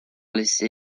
laisser